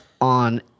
on